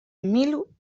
mil